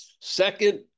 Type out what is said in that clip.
second